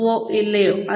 ഉവ്വോ ഇല്ലയോ